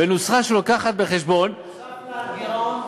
בנוסחה שמביאה בחשבון, נוסף על הגירעון?